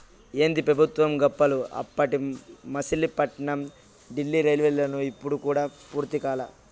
ఏందీ పెబుత్వం గప్పాలు, అప్పటి మసిలీపట్నం డీల్లీ రైల్వేలైను ఇప్పుడు కూడా పూర్తి కాలా